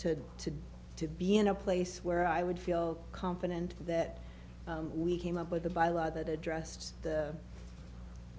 to to to be in a place where i would feel confident that we came up with a bylaw that addressed